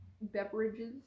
beverages